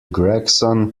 gregson